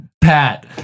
Pat